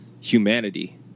humanity